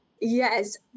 Yes